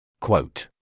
Quote